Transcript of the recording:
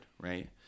Right